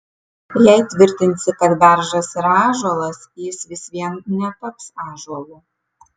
jei tvirtinsi kad beržas yra ąžuolas jis vis vien netaps ąžuolu